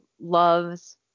loves